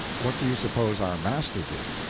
what do you suppose our master did?